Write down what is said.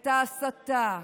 את ההסתה,